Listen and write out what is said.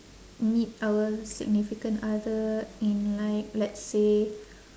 meet our significant other in like let's say